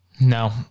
No